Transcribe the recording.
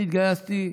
אני התגייסתי,